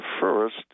first